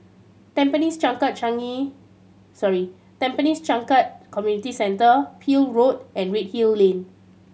Tampines Changkat Changi sorry Tampines Changkat Community Centre Peel Road and Redhill Lane